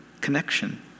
connection